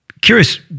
Curious